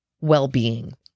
well-being